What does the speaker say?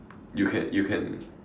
you can you can